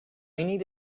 need